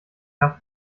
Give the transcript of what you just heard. nach